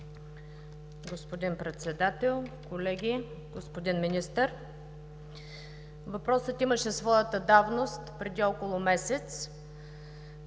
Господин Председател, колеги! Господин Министър, въпросът имаше своята давност преди около месец.